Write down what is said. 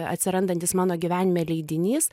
atsirandantis mano gyvenime leidinys